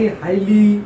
highly